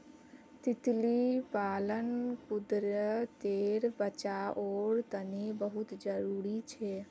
तितली पालन कुदरतेर बचाओर तने बहुत ज़रूरी छे